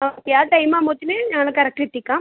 okay ആ time ആവുമ്പോഴത്തേന് ഞങ്ങൾ കറക്റ്റ് എത്തിക്കാം